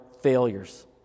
failures